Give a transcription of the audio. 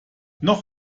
noch